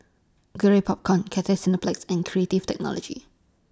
Garrett Popcorn Cathay Cineplex and Creative Technology